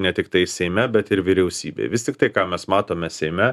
ne tiktai seime bet ir vyriausybėj vis tiktai ką mes matome seime